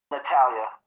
Natalia